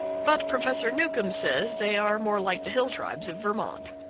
but professor newcomb says they are more like the hill tribes of vermont.